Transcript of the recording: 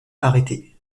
arrêté